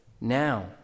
now